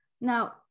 Now